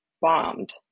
bombed